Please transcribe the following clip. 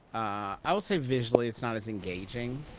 i will say visually, it's not as engaging.